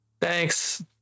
thanks